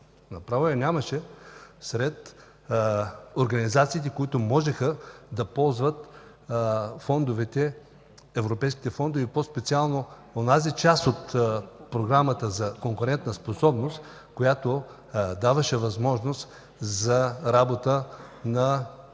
направо я нямаше, сред организациите, които можеха да ползват европейските фондове и по-специално онази част от Програмата за конкурентоспособност, която даваше възможност за работа и